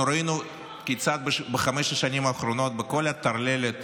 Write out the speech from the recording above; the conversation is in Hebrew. אנחנו ראינו כיצד בחמש השנים האחרונות, בכל הטרללת